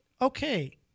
Okay